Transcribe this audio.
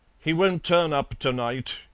he won't turn up to-night.